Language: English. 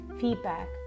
feedback